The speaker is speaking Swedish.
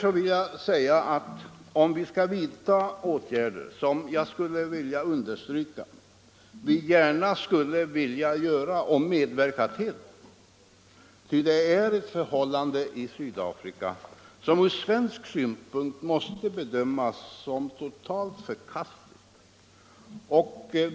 Jag vill understryka att vi g.. va skulle vilja medverka till att vidta åtgärder mot Sydafrika, ty där råder förhållanden som från svensk synpunkt måste sägas vara totalt förkastliga.